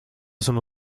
sono